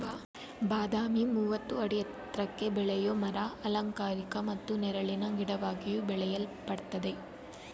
ಬಾದಾಮಿ ಮೂವತ್ತು ಅಡಿ ಎತ್ರಕ್ಕೆ ಬೆಳೆಯೋ ಮರ ಅಲಂಕಾರಿಕ ಮತ್ತು ನೆರಳಿನ ಗಿಡವಾಗಿಯೂ ಬೆಳೆಯಲ್ಪಡ್ತದೆ